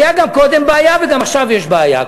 הייתה גם קודם בעיה וגם עכשיו יש בעיה.